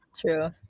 true